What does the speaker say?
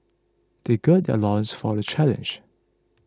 they gird their loins for the challenge